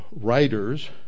writers